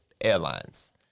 Airlines